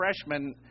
freshman